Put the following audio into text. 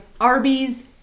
Arby's